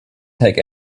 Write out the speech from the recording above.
take